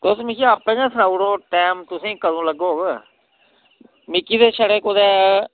तुस मिगी आपें गै सनाई ओड़ो टाइम तुसें गी कदूं लग्गग मिकी ते छड़े कुतै